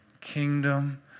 kingdom